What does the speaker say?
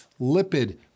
lipid